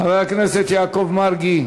חבר הכנסת יעקב מרגי